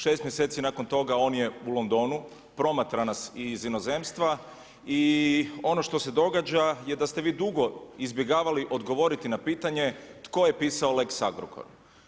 6 mjeseci nakon toga on je u Londonu, promatra nas i iz inozemstva i ono što se događa je da ste vi dugo izbjegavali odgovoriti na pitanje, tko je pisao lex Agrokor?